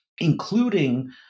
including